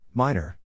Minor